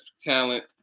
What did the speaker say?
talent